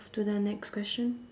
to the next question